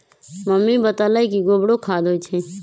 mummy बतअलई कि गोबरो खाद होई छई